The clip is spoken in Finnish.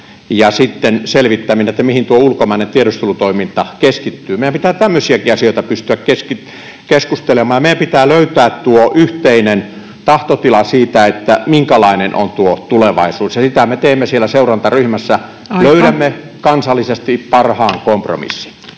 sen selvittäminen, mihin ulkomainen tiedustelutoiminta keskittyy. Meidän pitää tämmöisistäkin asioista pystyä keskustelemaan, ja meidän pitää löytää yhteinen tahtotila siitä, minkälainen on tulevaisuus, ja sitä me teemme siellä seurantaryhmässä: [Puhemies: Aika!] löydämme kansallisesti parhaan kompromissin.